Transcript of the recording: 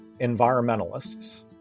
environmentalists